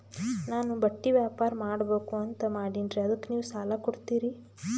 ನಾನು ಬಟ್ಟಿ ವ್ಯಾಪಾರ್ ಮಾಡಬಕು ಅಂತ ಮಾಡಿನ್ರಿ ಅದಕ್ಕ ನೀವು ಸಾಲ ಕೊಡ್ತೀರಿ?